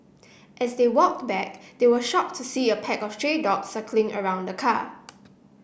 as they walked back they were shocked to see a pack of stray dogs circling around the car